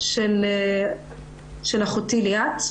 של אחותי ליאת.